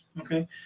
okay